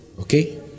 Okay